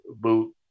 boot